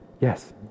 Yes